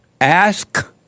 Ask